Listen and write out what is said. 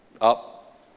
up